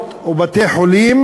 ומקוואות ובתי-חולים,